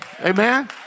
Amen